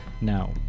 now